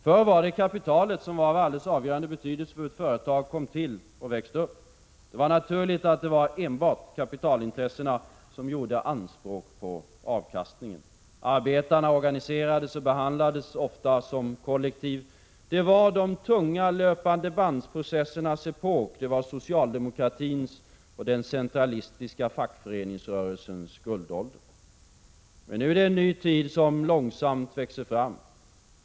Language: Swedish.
Förr var det kapitalet som var av avgörande betydelse för hur ett företag kom till och växte upp. Det var naturligt att det enbart var kapitalintressena som gjorde anspråk på avkastningen. Arbetarna organiserades och behandlades ofta som ett kollektiv. Det var de tunga löpande-bands-processernas epok. Det var socialdemokratins och den centralistiska fackföreningsrörelsens guldålder. Ma nu växer en ny tid långsamt fram.